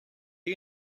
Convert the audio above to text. you